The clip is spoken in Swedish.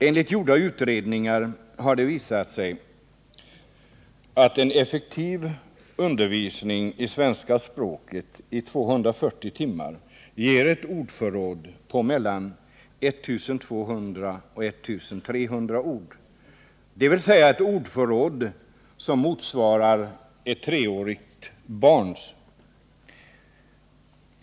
Enligt gjorda utredningar har det visat sig att en effektiv undervisning i svenska språket under 240 timmar ger ett ordförråd på mellan 1 200 och 1 300 ord, dvs. ett ordförråd som motsvarar ett treårigt barns.